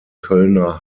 kölner